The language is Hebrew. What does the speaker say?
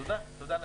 תודה אדוני.